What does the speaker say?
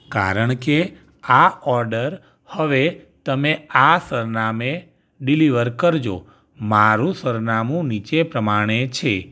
કારણ કે આ ઑર્ડર હવે તમે આ સરનામે ડિલિવર કરજો મારું સરનામું નીચે પ્રમાણે છે